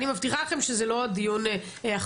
אני מבטיחה לכם שזה לא הדיון האחרון,